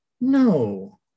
no